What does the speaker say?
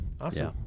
awesome